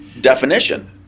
definition